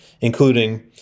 including